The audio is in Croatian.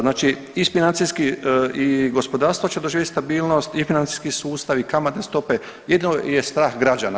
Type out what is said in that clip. Znači iz financijski i gospodarstva će doživjeti stabilnost i financijski sustav i kamatne stope jedino je strah građana.